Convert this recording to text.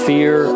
Fear